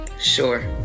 Sure